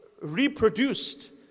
reproduced